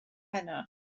heno